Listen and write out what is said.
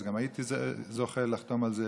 ואז גם הייתי זוכה לחתום על זה